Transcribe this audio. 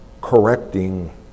correcting